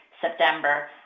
September